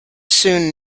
soon